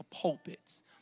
pulpits